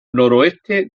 noroeste